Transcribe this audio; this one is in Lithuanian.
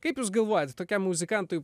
kaip jūs galvojate tokiam muzikantui